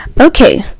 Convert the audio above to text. Okay